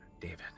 David